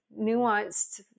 nuanced